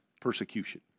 persecution